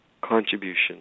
contribution